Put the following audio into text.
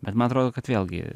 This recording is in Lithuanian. bet man atrodo kad vėlgi